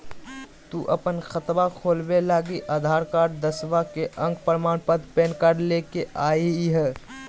तू अपन खतवा खोलवे लागी आधार कार्ड, दसवां के अक प्रमाण पत्र, पैन कार्ड ले के अइह